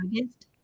August